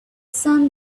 sun